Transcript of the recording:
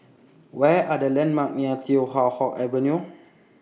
What Are The landmarks near Teow Hock Avenue